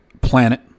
planet